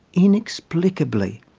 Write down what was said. inexlicably,